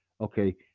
Okay